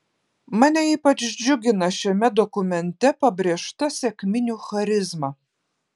mane ypač džiugina šiame dokumente pabrėžta sekminių charizma